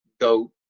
goat